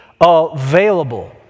available